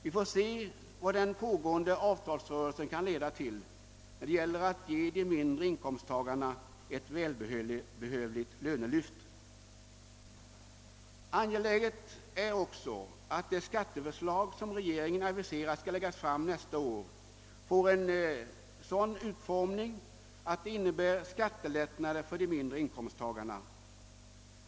Vi får se vad den pågående avtalsrörelsen kan leda till för resultat när det gäller att ge de mindre inkomsttagarna ett välbehövligt lönelyft. Angeläget är också att det skatteförslag, som aviserats till nästa år, får en sådan utformning att det innebär skattelättnader för de mindre inkomsttagarna.